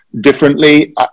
differently